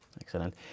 Excellent